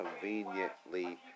Conveniently